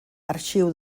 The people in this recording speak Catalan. arxiu